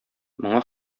моңар